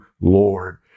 Lord